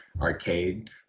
arcade